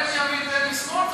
בין מימין ובין משמאל,